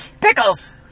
Pickles